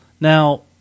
Now